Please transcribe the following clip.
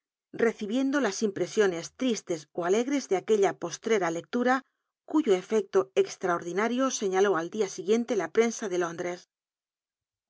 recibiendo las impresiones tristes ó alegres de aquella postrera lectura cuyo efecto extraordinario señaló al dia siguiente la prensa dr lóndres